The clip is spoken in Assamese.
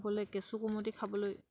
সকলোৱে কেঁচু কুমটি খাবলৈ